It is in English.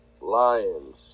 Lions